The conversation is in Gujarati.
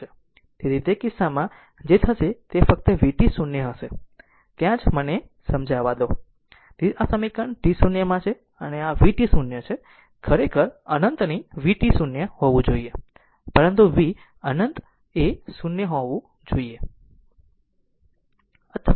તેથી તે કિસ્સામાં જે થશે તે ફક્ત vt0 હશે ત્યાં જ આ મને સમજાવા દો તેથી જ આ સમીકરણ t 0 માં છે અને આ vt0 તે ખરેખર અનંતની vt0 હોવું જોઈએ પરંતુ v અનંત 0 હોવું જોઈએ